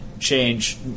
change